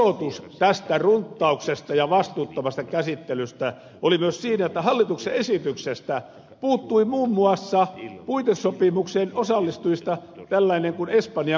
osoitus tästä runttauksesta ja vastuuttomasta käsittelystä oli myös siinä että hallituksen esityksestä puuttui muun muassa puitesopimukseen osallistujista tällainen kuin espanjan kuningaskunta